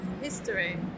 history